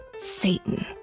Satan